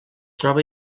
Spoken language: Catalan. troba